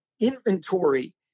inventory